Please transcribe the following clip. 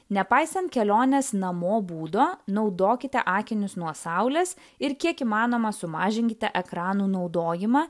nepaisant kelionės namo būdo naudokite akinius nuo saulės ir kiek įmanoma sumažinkite ekranų naudojimą